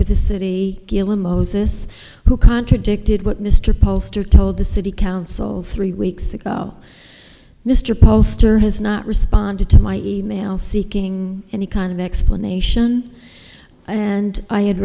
with the city gillum owes us who contradicted what mr pollster told the city council three weeks ago mr poster has not responded to my e mail seeking any kind of explanation and i had